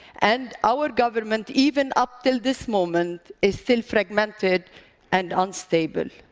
and our government even up till this moment is still fragmented and unstable.